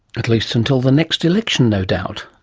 at least until the next election, no doubt.